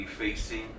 facing